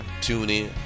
TuneIn